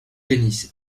tennis